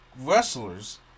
wrestlers